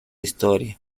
historia